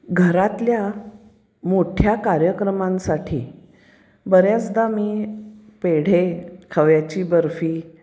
घरातल्या मोठ्या कार्यक्रमांसाठी बऱ्याचदा मी पेढे खव्याची बर्फी